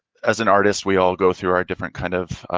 as an artist, we all go through our different kind of,